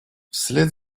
вслед